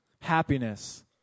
Happiness